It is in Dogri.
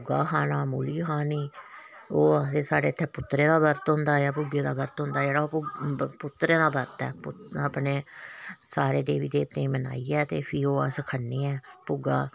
भुग्गा खाना मूली खानी ओह् आखदे साढ़े इ'त्थें पूत्तरे दा बरत होंदा ऐ भुग्गे दा बरत होंदा जेह्ड़ा ओह् पूत्तरें दा बरत ऐ अपने सारे देवी देवतें ई मनाइये ते फ्ही ओह् अस खन्ने आं भुग्गा